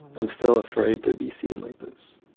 i'm still afraid to be seen like this.